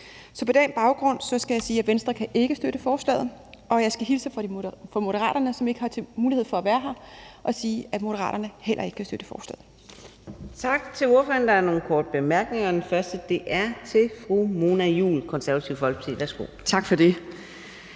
På den baggrund skal jeg sige, at Venstre ikke kan støtte forslaget, og jeg skal hilse fra Moderaterne, som ikke har mulighed for at være her, og sige, at Moderaterne heller ikke kan støtte forslaget. Kl. 19:21 Fjerde næstformand (Karina Adsbøl): Tak til ordføreren. Der er nogle korte bemærkninger, og den første er til fru Mona Juul, Konservative Folkeparti. Værsgo. Kl.